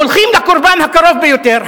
הולכים לקורבן הקרוב ביותר,